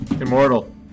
immortal